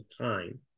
time